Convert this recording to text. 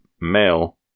male